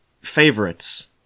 favorites